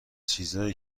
چیزایی